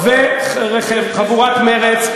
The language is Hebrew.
וחבורת מרצ,